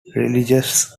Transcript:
religious